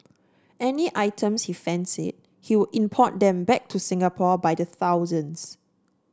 any items he fancied he would import them back to Singapore by the thousands